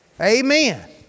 Amen